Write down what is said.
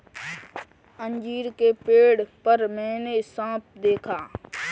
अंजीर के पेड़ पर मैंने साँप देखा